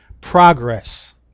progress